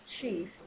chief